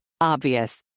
Obvious